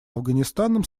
афганистаном